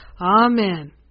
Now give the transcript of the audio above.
Amen